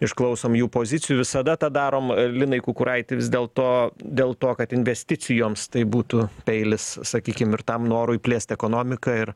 išklausom jų pozicijų visada tą darom linai kukuraiti vis dėlto dėl to kad investicijoms tai būtų peilis sakykim ir tam norui plėst ekonomiką ir